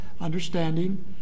understanding